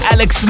Alex